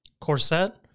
corset